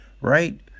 Right